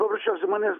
paprasčiausiai manęs